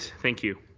thank you.